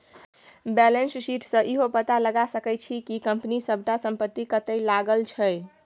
balance sheet सँ इहो पता लगा सकै छी कि कंपनी सबटा संपत्ति कतय लागल छै